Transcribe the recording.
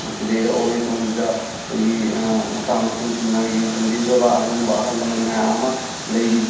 ꯃꯁꯤꯗꯩꯗ ꯑꯣꯜ ꯑꯦꯁ ꯍꯣꯝꯁꯤꯗ ꯑꯩꯈꯣꯏꯒꯤ ꯃꯆꯥ ꯃꯁꯨꯁꯤꯡꯅ ꯌꯦꯡꯁꯤꯟꯕꯤꯗ꯭ꯔꯕ ꯑꯗꯨꯒꯨꯝꯕ ꯑꯍꯜ ꯂꯃꯟ ꯃꯌꯥꯝ ꯑꯃ ꯂꯩꯔꯤ